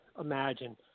imagine